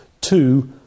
Two